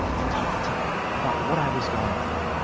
to talk to them about what i was going through.